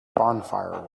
bonfire